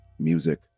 Music